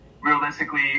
realistically